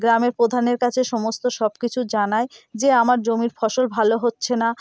গ্রামের প্রধানের কাছে সমস্ত সবকিছু জানায় যে আমার জমির ফসল ভালো হচ্ছে না